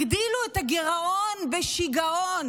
הגדילו את הגירעון בשיגעון,